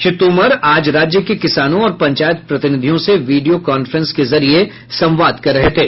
श्री तोमर आज राज्य के किसानों और पंचायत प्रतिनिधियों से वीडियो कांफ्रेंस के जरिये संवाद कर रहे थे